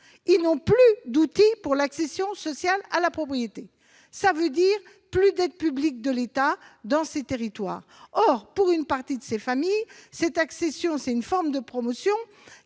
», n'ont plus d'outils pour l'accession sociale à la propriété. Il n'y a plus d'aides publiques de l'État dans ces territoires ! Or, pour une partie des familles concernées, l'accession est une forme de promotion